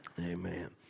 amen